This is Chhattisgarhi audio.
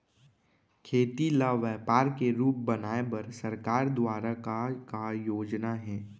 खेती ल व्यापार के रूप बनाये बर सरकार दुवारा का का योजना हे?